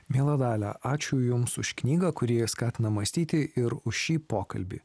miela dalia ačiū jums už knygą kuri skatina mąstyti ir už šį pokalbį